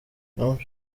trump